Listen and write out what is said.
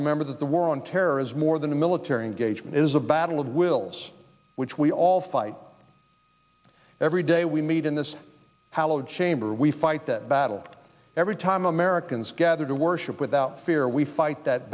remember that the war on terror is more than a military engagement is a battle of wills which we all fight every day we meet in this chamber we fight that battle every time americans gather to worship without fear we fight that